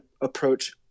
approach